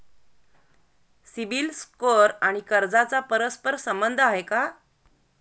CIBIL score आणि कर्जाचा परस्पर संबंध आहे का?